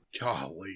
golly